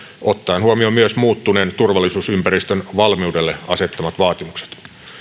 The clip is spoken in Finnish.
ottaen huomioon myös muuttuneen turvallisuusympäristön valmiudelle asettamat vaatimukset